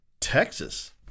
Texas